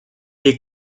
des